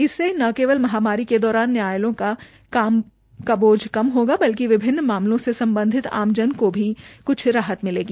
इससे न केवल महामारी के दौरान न्यायालयों का काम का बोझ कम होगा बल्कि विभिन्न मामलों से सम्बन्धित आमजन को भी कुछ राहत मिलेगी